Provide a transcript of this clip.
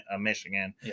Michigan